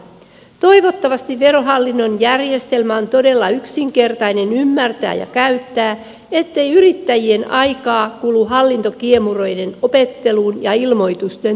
toivottavasti verohallinnon järjestelmä on todella yksinkertainen ymmärtää ja käyttää ettei yrittäjien aikaa kulu hallintokiemuroiden opetteluun ja ilmoitusten tekemiseen